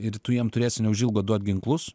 ir tu jam turėsi neužilgo duot ginklus